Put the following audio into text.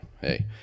hey